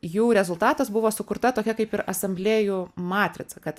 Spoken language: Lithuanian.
jų rezultatas buvo sukurta tokia kaip ir asamblėjų matrica kad